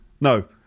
No